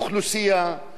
אין אזור,